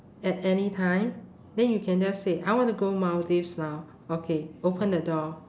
at anytime then you can just say I want to go maldives now okay open the door